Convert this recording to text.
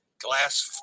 glass